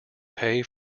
pay